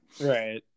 right